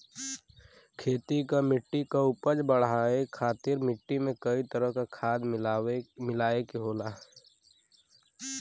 खेती क मट्टी क उपज बढ़ाये खातिर मट्टी में कई तरह क खाद मिलाये के होला